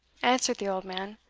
answered the old man,